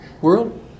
world